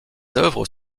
œuvres